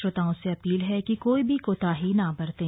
श्रोताओं से अपील है कि कोई भी कोताही न बरतें